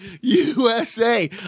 USA